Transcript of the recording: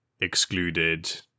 excluded